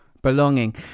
belonging